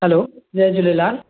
hello जय झूलेलाल